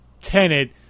Tenet